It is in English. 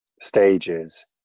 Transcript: stages